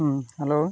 ᱦᱮᱸ ᱦᱮᱞᱳ